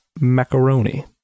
Macaroni